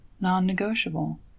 non-negotiable